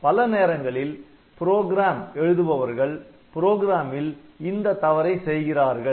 பல நேரங்களில் புரோகிராம் எழுதுபவர்கள் புரோகிராமில் இந்த தவறை செய்கிறார்கள்